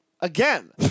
again